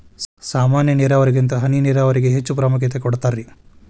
ಸಾಮಾನ್ಯ ನೇರಾವರಿಗಿಂತ ಹನಿ ನೇರಾವರಿಗೆ ಹೆಚ್ಚ ಪ್ರಾಮುಖ್ಯತೆ ಕೊಡ್ತಾರಿ